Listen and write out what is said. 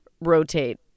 rotate